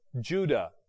Judah